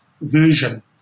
version